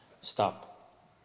Stop